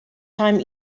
time